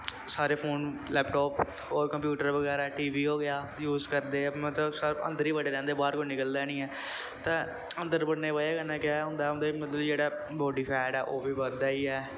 सारे phone laptop होर computer बगैरा टी वी हो गेआ यूज करदे ऐ मतलब कि सारे अन्दर ई बड़े रौंह्दे ऐ बाह्र कोई निकलदा नी ऐ ते अन्दर बड़ने दी बज़ह् कन्नै केह् होंदा ऐ मतलब उं'दे च जेह्ड़ा बॉड्डी फैट ऐ ओह् बी बधदा ई ऐ